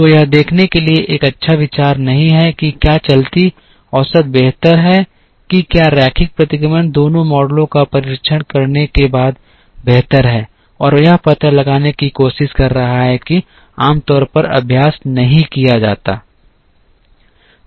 तो यह देखने के लिए एक अच्छा विचार नहीं है कि क्या चलती औसत बेहतर है कि क्या रैखिक प्रतिगमन दोनों मॉडलों का परीक्षण करने के बाद बेहतर है और यह पता लगाने की कोशिश कर रहा है कि आमतौर पर अभ्यास नहीं किया जाता है